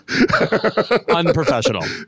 unprofessional